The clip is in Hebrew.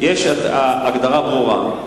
יש הגדרה ברורה,